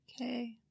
Okay